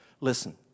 listen